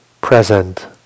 present